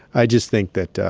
i just think that,